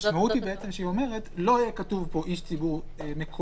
המשמעות בעצם שהיא אומרת: לא יהיה כתוב פה איש ציבור מקומי,